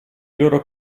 loro